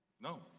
no.